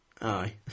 Aye